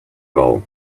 bowl